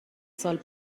سال